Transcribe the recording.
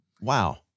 Wow